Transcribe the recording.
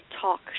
Talk